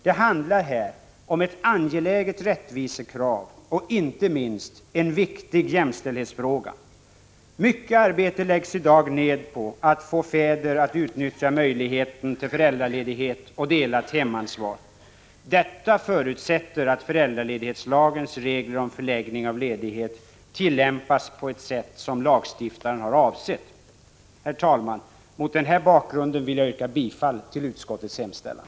Det handlar här om ett angeläget rättvisekrav, och inte minst om en viktig jämställdhetsfråga. Mycket arbete läggs i dag ner på att få fäder att utnyttja möjligheten till föräldraledighet och delat hemansvar. Detta förutsätter att föräldraledighetslagens regler om förläggning av ledighet tillämpas på ett sätt som lagstiftaren har avsett. Herr talman! Mot denna bakgrund vill jag yrka bifall till utskottets hemställan.